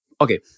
okay